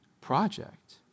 project